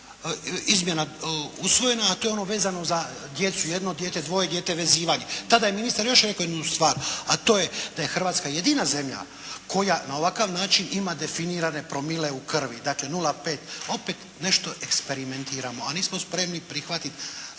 izmjena usvojena, a to je ono vezano za djecu, jedno dijete, dvoje dijete, vezivanje. Tada je ministar još rekao jednu stvar, a to je da je Hrvatska jedina zemlja koja na ovakav način ima definirane promile u krvi, dakle 0,5. Opet nešto eksperimentiramo, a nismo spremni prihvatiti